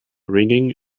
ringing